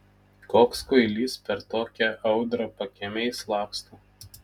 koks kvailys per tokią audrą pakiemiais laksto